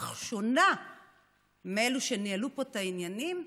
אך שונה משל אלו שניהלו פה את העניינים,